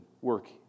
work